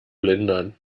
lindern